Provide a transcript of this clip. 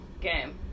game